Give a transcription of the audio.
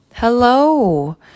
Hello